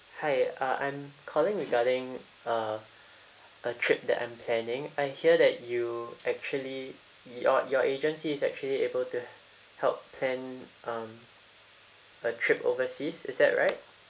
hi uh I'm calling regarding uh a trip that I'm planning I hear that you actually your your agency is actually able to help plan a trip overseas is that right